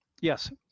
yes